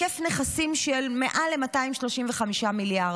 עם היקף נכסים של יותר מ-235 מיליארד.